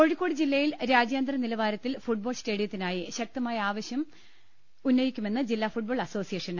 കോഴിക്കോട് ജില്ലയിൽ രാജ്യാന്തര നിലവാരത്തിൽ ഫുട്ബോൾ സ്റ്റേഡിയത്തിനായി ആവശ്യം ശക്തമാക്കുമെന്ന് ജില്ലാ ഫുട്ബോൾ അസോസിയേഷൻ